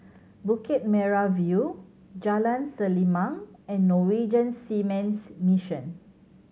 Bukit Merah View Jalan Selimang and Norwegian Seamen's Mission